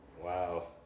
Wow